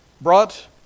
brought